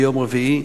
ביום רביעי,